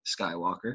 Skywalker